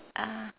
ah